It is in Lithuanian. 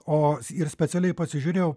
o ir specialiai pasižiūrėjau